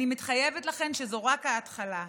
אני מתחייבת לכן שזאת רק ההתחלה.